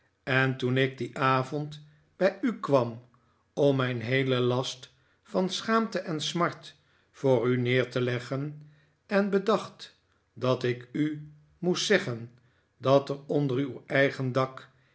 en toen ik dien avond bij u kwam om mijn heelen last van schaamte en smart voor u neer te leggen en bedacht dat ik u moest zeggen dat er onder uw eigen dak